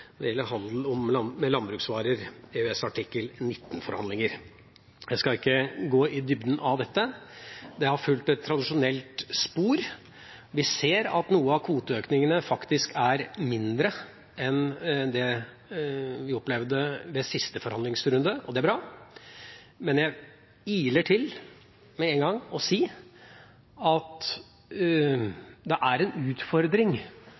når det gjelder handel med landbruksvarer – forhandlinger etter EØS-avtalens artikkel 19. Jeg skal ikke gå i dybden av dette. Det har fulgt et tradisjonelt spor. Vi ser at noen av kvoteøkningene faktisk er mindre enn det vi opplevde ved siste forhandlingsrunde. Det er bra. Men jeg iler til med en gang og sier at det er en utfordring